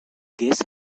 guess